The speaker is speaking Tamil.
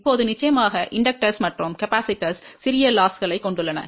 இப்போது நிச்சயமாக தூண்டிகள் மற்றும் மின்தேக்கிகளும் சிறிய இழப்புகளைக் கொண்டுள்ளன